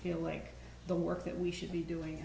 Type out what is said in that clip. feel like the work that we should be doing